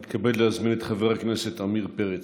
אני מתכבד להזמין את חבר הכנסת עמיר פרץ.